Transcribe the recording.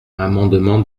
amendement